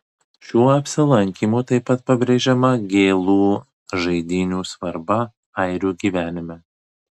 šiuo apsilankymu taip pat pabrėžiama gėlų žaidynių svarba airių gyvenime